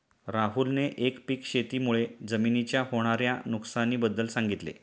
राहुलने एकपीक शेती मुळे जमिनीच्या होणार्या नुकसानी बद्दल सांगितले